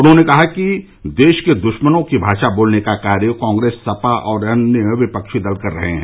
उन्होंने कहा कि देश के दुश्मनों की भाषा बोलने का कार्य कांग्रेस सपा और अन्य विपक्षी दल कर रहे हैं